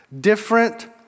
different